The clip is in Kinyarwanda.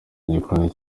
igikoni